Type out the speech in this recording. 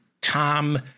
Tom